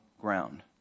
ground